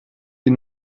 die